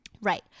Right